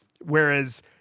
Whereas